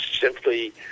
simply